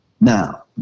Now